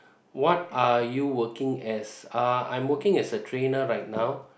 what are you working as I'm working as a trainer right now